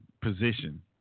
position